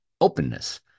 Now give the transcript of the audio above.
openness